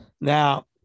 Now